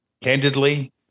candidly